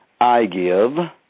iGive